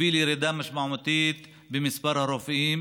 הביא לירידה משמעותית במספר הרופאים